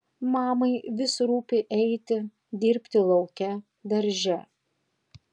mamai vis rūpi eiti dirbti lauke darže